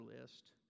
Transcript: list